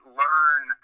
learn